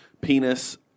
penis